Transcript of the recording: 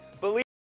believe